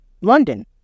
london